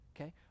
Okay